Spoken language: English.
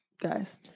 guys